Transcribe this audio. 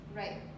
right